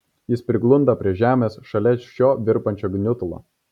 jis priglunda prie žemės šalia šio virpančio gniutulo